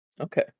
okay